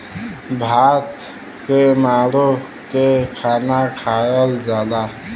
भात के माड़ो के खाना खायल जाला